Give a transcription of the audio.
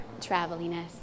traveliness